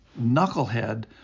knucklehead